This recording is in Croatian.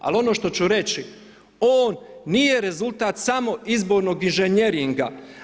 Ali ono što ću reći, on nije rezultat samo izbornog injženjeringa.